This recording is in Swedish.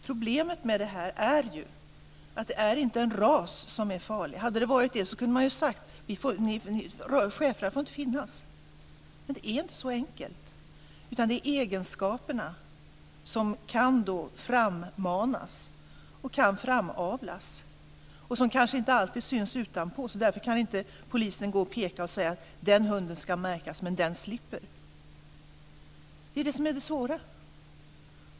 Problemet är ju att det inte är en ras som är farlig. Om det hade varit det kunde man ha sagt att t.ex. schäfrar får inte finnas, men det är inte så enkelt. Det är egenskaperna, som kan frammanas och framavlas och som kanske inte alltid syns utanpå. Därför kan polisen inte peka ut en hund och säga att den ska märkas men att en annan slipper. Det är det som är det svåra.